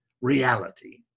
reality